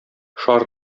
шар